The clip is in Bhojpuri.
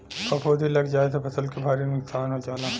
फफूंदी लग जाये से फसल के भारी नुकसान हो जाला